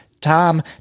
Tom